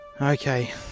Okay